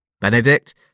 Benedict